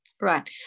Right